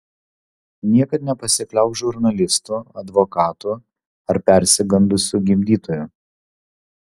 niekad nepasikliauk žurnalistu advokatu ar persigandusiu gimdytoju